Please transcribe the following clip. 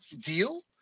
deal